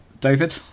David